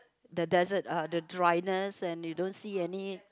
the desert uh the dryness and you don't see any